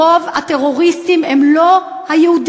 רוב הטרוריסטים הם לא יהודים.